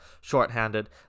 shorthanded